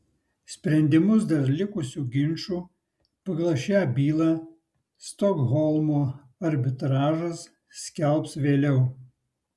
sprendimus dėl likusių ginčų pagal šią bylą stokholmo arbitražas skelbs vėliau